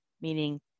meaning